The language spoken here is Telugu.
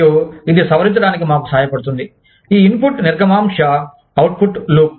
మరియు ఇది సవరించడానికి మాకు సహాయపడుతుంది ఈ ఇన్పుట్ నిర్గమాంశ అవుట్పుట్ లూప్